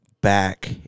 back